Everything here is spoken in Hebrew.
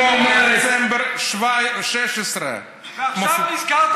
דצמבר 2016. ועכשיו נזכרת בזה?